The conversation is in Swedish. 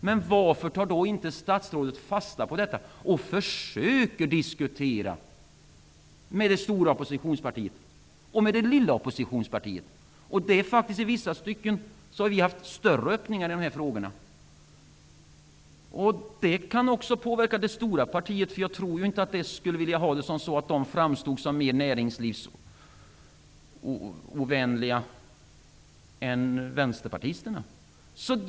Men varför tar statsrådet inte fasta på detta och försöker diskutera med det stora oppositionspartiet, och även med det lilla oppositionspartiet? I vissa stycken har vi faktiskt haft större öppningar i de här frågorna. Det kan påverka också det stora partiet, för jag tror inte att man där vill framstå som mera näringslivsovänlig än vänsterpartisterna.